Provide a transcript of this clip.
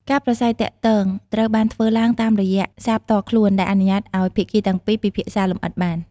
ការប្រាស្រ័យទាក់ទងត្រូវបានធ្វើឡើងតាមរយៈសារផ្ទាល់ខ្លួន ដែលអនុញ្ញាតឱ្យភាគីទាំងពីរពិភាក្សាលម្អិតបាន។